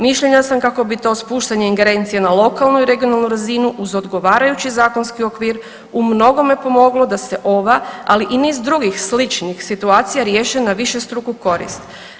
Mišljenja sam kako bi to spuštanje ingerencije na lokalnu i regionalnu razinu uz odgovarajući zakonski okvir u mnogome pomoglo da se ova, ali i niz drugih sličnih situacija riješe na višestruku korist.